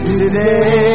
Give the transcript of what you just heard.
today